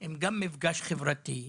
הם גם מפגש חברתי.